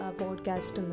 podcast